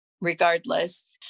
regardless